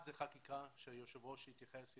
היא חקיקה שהיושב ראש התייחס אליה.